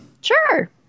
Sure